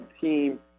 team